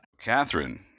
Catherine